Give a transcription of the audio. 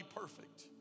perfect